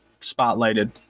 spotlighted